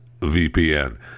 VPN